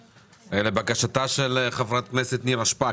שמתקיים לבקשתה של חברת הכנסת נירה שפק